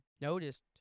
noticed